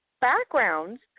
backgrounds